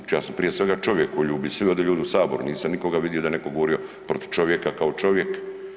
Znači ja sam prije svega čovjek koji ljubi sve ovdje ljude u saboru, nisam nikoga vidio da je neko govorio protiv čovjeka kao čovjeka.